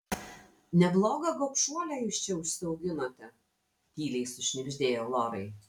neblogą gobšuolę jūs čia užsiauginote tyliai sušnibždėjo lorai